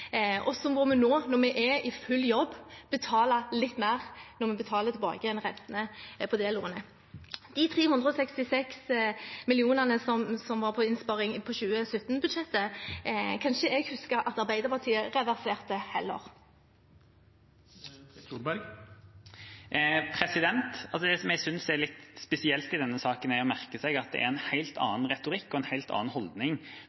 og når vi nå er i full jobb, betaler vi litt mer når vi betaler tilbake rentene på det lånet. De 366 mill. kr i innsparing på 2017-budsjettet, kan jeg ikke huske at Arbeiderpartiet reverserte heller. Det som jeg synes er litt spesielt i denne saken, er å merke seg at det er en helt annen retorikk og en helt annen holdning